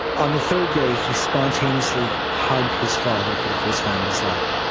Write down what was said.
on the third day he spontaneously hugged his father for the first time in his life.